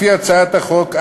לפי הצעת החוק,